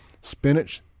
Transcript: spinach